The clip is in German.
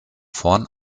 vorn